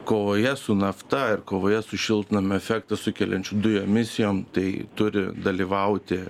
kovoje su nafta ir kovoje su šiltnamio efektą sukeliančių dujų emisijom tai turi dalyvauti